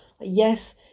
yes